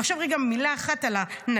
ועכשיו רגע מילה אחת גם על הנשים.